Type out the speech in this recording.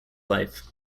life